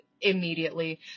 immediately